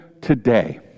today